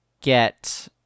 get